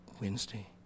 Wednesday